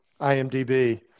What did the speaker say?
IMDb